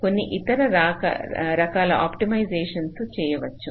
కొన్ని ఇతర రకాల ఆప్టిమైజేషన్ చేయవచ్చు